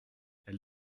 elle